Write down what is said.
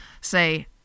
Say